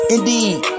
Indeed